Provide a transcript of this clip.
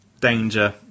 danger